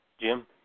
Jim